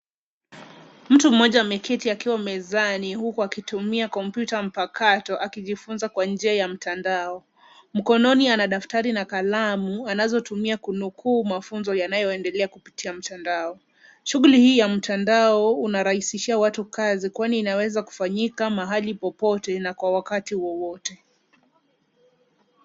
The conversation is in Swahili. Mtu mmoja ameketi akiwa mezani huku akitumia kompyuta mpakato akijifunza kwa njia ya mtandao. Mkononi ana daftari na kalamu anazotumia kunukuu mafunzo yanayoendelea kupitia mtandao. Shughuli hii ya mtandao unarahishia mtu kazi kwani inaweza kufanyika mahali popote na kwa wakati wowote.